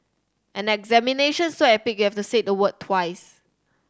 an examination so epic you have to say the word twice